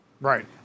Right